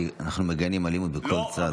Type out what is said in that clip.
כי אנחנו מגנים אלימות בכל צד.